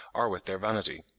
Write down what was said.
or with their vanity.